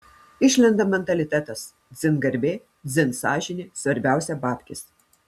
išlenda mentalitetas dzin garbė dzin sąžinė svarbiausia babkės